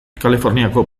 kaliforniako